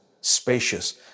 spacious